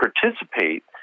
participate